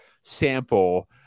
sample